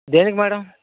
దేనికి మ్యాడమ్